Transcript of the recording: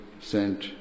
sent